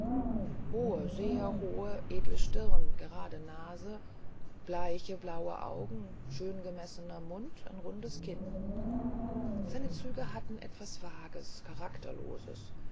hohe sehr hohe edle stirne grade nase bleiche blaue augen schöngemessener mund rundes kinn seine züge hatten etwas vages charakterloses